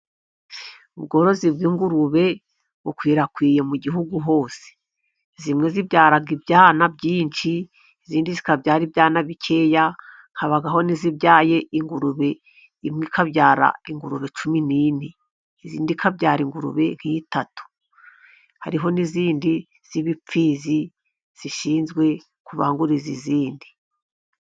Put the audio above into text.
Ubworozi bw'ingurube bukwirakwiye mu gihugu hose. Zimwe zibyara ibyana byinshi, izindi zikabyara ibiyana bikeya, habaho n'izibyaye ingurube imwe ikabyara ingurube cumi n'ine. Indi ikabyara ingurube nk'eshatu. Hariho n'izindi z'ibipfizi, zishinzwe kubanguriza izindi.